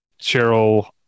Cheryl